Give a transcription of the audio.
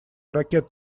ракет